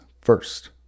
first